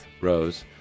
Rose